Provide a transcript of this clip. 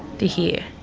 to hear.